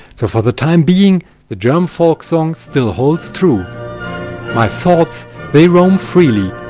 so for the time being the german folk song still holds true my thoughts they roam freely.